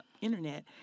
internet